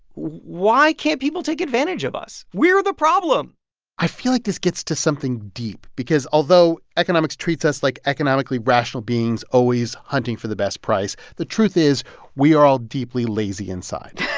why can't people take advantage of us? we're the problem i feel like this gets to something deep because although economics treats us like economically rational beings, always hunting for the best price, the truth is we are all deeply lazy inside